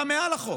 אתה מעל החוק.